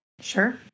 Sure